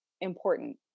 important